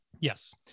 Yes